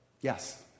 yes